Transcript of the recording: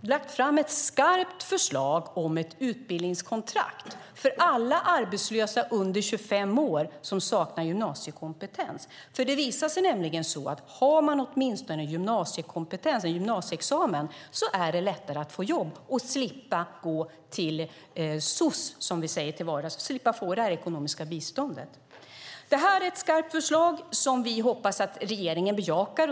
lagt fram ett skarpt förslag om ett utbildningskontrakt för alla arbetslösa under 25 år som saknar gymnasiekompetens. Det visar sig nämligen att har man åtminstone en gymnasieexamen är det lättare att få jobb och slippa att gå till soc, som vi säger till vardags, och slippa få det ekonomiska biståndet. Det är ett skarpt förslag som vi hoppas att regeringen bejakar.